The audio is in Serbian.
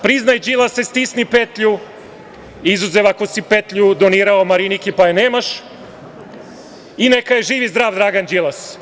Priznaj, Đilase, stisni petlju, izuzev ako si petlji donirao Mariniki, pa je nemaš i neka je živ i zdrav Dragan Đilas.